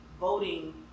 voting